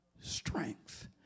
strength